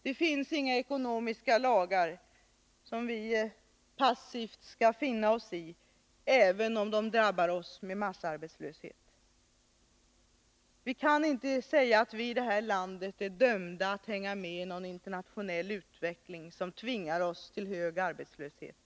Det finns inga ekonomiska lagar som vi passivt skall finna oss i, även om de drabbar oss med massarbetslöshet. Vi kan i det här landet inte säga att vi är dömda att bara hänga med i en internationell utveckling, som tvingar oss till hög arbetslöshet.